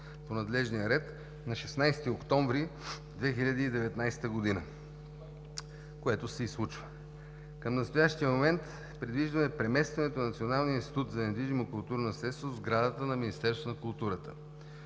по надлежния ред на 16 октомври 2019 г., което се и случва. Към настоящия момент предвиждаме преместването на Националния институт за недвижимо културно наследство в сградата на Министерството на културата.